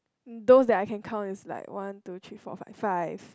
those that I can count is like one two three four five five